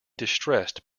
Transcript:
distressed